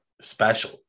special